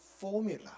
formula